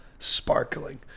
Sparkling